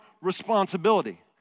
responsibility